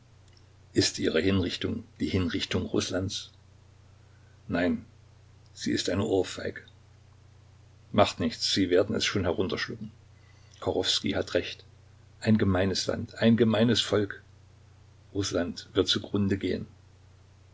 ist ihre hinrichtung die hinrichtung rußlands nein sie ist eine ohrfeige macht nichts sie werden es schon herunterschlucken kachowskij hat recht ein gemeines land ein gemeines volk rußland wird zugrunde gehen